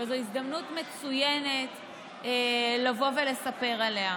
וזו הזדמנות מצוינת לבוא ולספר עליה.